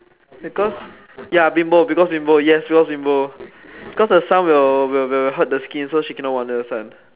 because ya bimbo because bimbo yes because bimbo because the sun will will will hurt the skin so she cannot walk under the sun